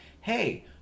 Hey